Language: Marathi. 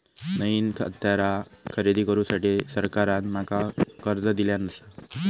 नईन हत्यारा खरेदी करुसाठी सरकारान माका कर्ज दिल्यानं आसा